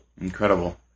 Incredible